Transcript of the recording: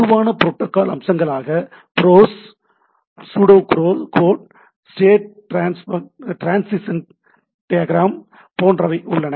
பொதுவான புரோட்டோகால் அம்சங்களாக pros pseudo code state transition diagram போன்றவை உள்ளன